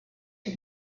the